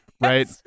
Right